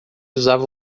usava